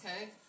Okay